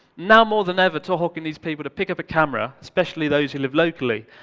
now more than ever, tohoku needs people to pick up a camera, especially those who live locally,